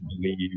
believe